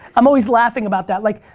i'm always laughing about that, like,